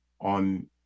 on